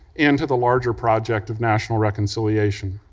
and to the larger project of national reconciliation.